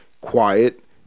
quiet